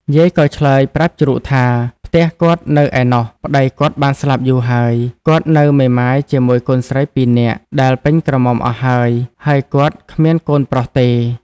យាយក៏ឆ្លើយប្រាប់ជ្រូកថា ផ្ទះគាត់នៅឯណោះ ប្ដីគាត់បានស្លាប់យូរហើយ គាត់នៅមេម៉ាយជាមួយកូនស្រីពីរនាក់ដែលពេញក្រមុំអស់ហើយ ហើយគាត់គ្មានកូនប្រុសទេ។